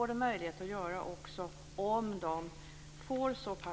Det framkommer att några partier förespråkar